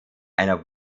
einer